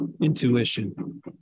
intuition